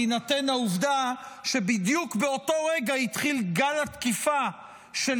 בהינתן העובדה שבדיוק באותו רגע התחיל גל התקיפה של